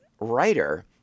writer